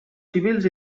civils